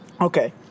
Okay